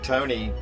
Tony